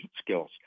skills